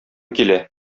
килә